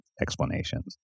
explanations